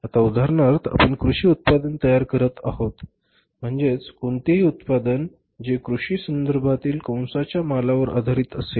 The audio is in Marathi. आता उदाहरणार्थ आपण कृषी उत्पादन तयार करीत आहोत म्हणजे कोणतेही उत्पादन जे कृषी संदर्भातील कंसाच्या मालावर आधारित असेल